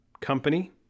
company